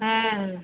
ᱦᱮᱸ ᱻ